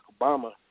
Obama